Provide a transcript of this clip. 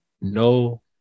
no